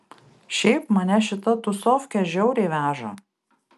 šiaip mane šita tūsofkė žiauriai veža